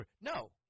No